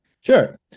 sure